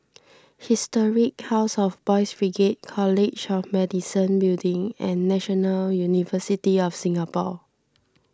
Historic House of Boys' Brigade College of Medicine Building and National University of Singapore